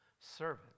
servant